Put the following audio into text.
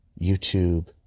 YouTube